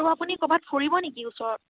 ত' আপুনি ক'বাত ফুৰিব নেকি ওচৰত